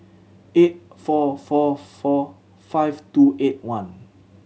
eight four four four five two eight one